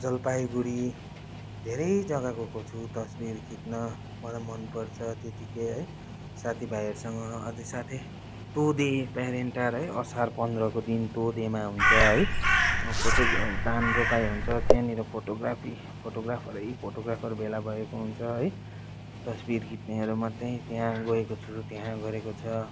जलपाइगुढी धेरै जग्गा गएको छु तस्बिर खिच्न मलाई मन पर्छ त्यतिकै है साथी भाइहरूसँग अझै साथै तोदे प्यारेनटार है असार पन्ध्रको दिन तोदेमा हुन्छ है फोटो धान रोपाइ हुन्छ त्यहाँनिर फोटोग्राफी फोटोग्राफरै फोटोग्राफर भेला भएको हुन्छ है तस्बिर खिच्नेहरू मात्रै त्यहाँ गएको छु त्यहाँ गरेको छ